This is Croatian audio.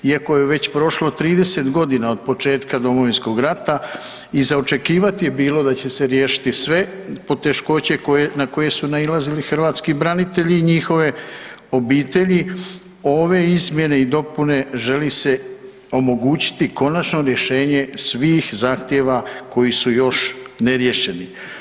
Iako je već prošlo 30 g. od početka Domovinskog rata, i za očekivati je bilo da će se riješiti sve poteškoće na koje su nailazili hrvatski branitelji i njihove obitelji, ove izmjene i dopune želi se omogućiti konačno rješenje svih zahtjeva koji su još neriješeni.